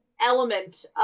element